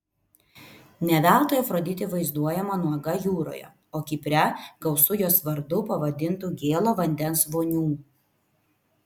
ne veltui afroditė vaizduojama nuoga jūroje o kipre gausu jos vardu pavadintų gėlo vandens vonių